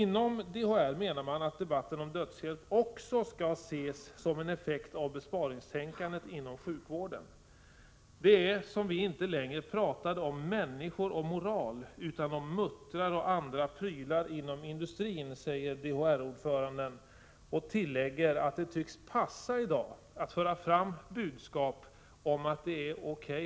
Inom DHR menar man att debatten om dödshjälp även skall ses som en effekt av besparingstänkandet inom sjukvården. — Det är som vi inte längre pratade om människor och moral utan om muttrar och andra prylar inom industrin. Det tycks passa i dag att föra fram ett budskap om att det är O.K.